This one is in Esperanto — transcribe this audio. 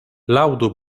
laŭdu